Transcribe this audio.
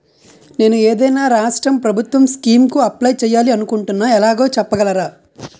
నేను ఏదైనా రాష్ట్రం ప్రభుత్వం స్కీం కు అప్లై చేయాలి అనుకుంటున్నా ఎలాగో చెప్పగలరా?